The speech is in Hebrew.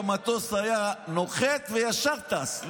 המטוס היה נוחת וישר טס.